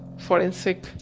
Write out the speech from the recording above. forensic